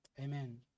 Amen